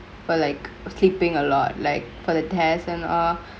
for like a sleepingk a lot like for the test and err